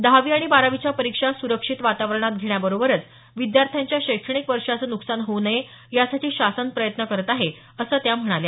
दहावी आणि बारावीच्या परीक्षा सुरक्षित वातावरणात घेण्याबरोबरच विद्यार्थ्यांच्या शैक्षणिक वर्षाचं नुकसान होऊ नये यासाठी शासन प्रयत्न करत आहे अस त्या म्हणाल्या